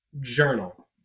Journal